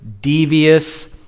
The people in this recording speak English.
devious